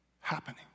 happening